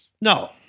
No